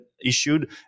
issued